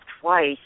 twice